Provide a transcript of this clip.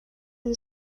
and